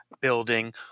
building